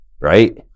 right